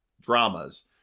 dramas